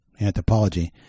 anthropology